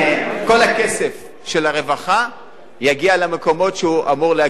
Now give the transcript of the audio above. לכן כל הכסף של הרווחה יגיע למקומות שהוא אמור להגיע.